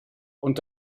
und